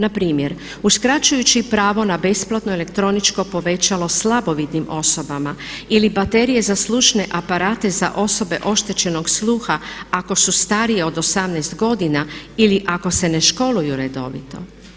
Na primjer uskračujući i pravo na besplatno elektroničko povećalo slabovidnim osobama ili baterije za slušne aparate za osobe oštećenog sluha ako su starije od 18 godina ili ako se ne školuju redovito.